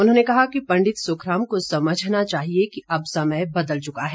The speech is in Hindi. उन्होंने कहा कि पंडित सुखराम को समझना चाहिए कि अब समय बदल चुका है